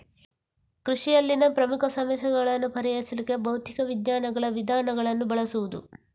ಕೃಷಿಯಲ್ಲಿನ ಪ್ರಮುಖ ಸಮಸ್ಯೆಗಳನ್ನ ಪರಿಹರಿಸ್ಲಿಕ್ಕೆ ಭೌತಿಕ ವಿಜ್ಞಾನಗಳ ವಿಧಾನಗಳನ್ನ ಬಳಸುದು